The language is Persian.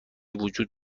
وجود